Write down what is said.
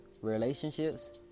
relationships